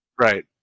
Right